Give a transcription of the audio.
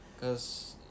Cause